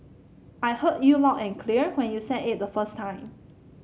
I heard you loud and clear when you said it the first time